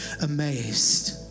amazed